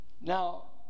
Now